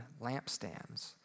lampstands